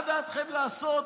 מה דעתכם לעשות